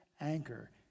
anchor